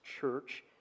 church